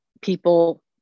people